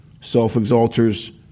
Self-exalters